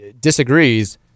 disagrees